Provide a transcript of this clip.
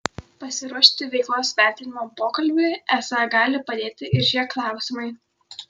pasiruošti veiklos vertinimo pokalbiui esą gali padėti ir šie klausimai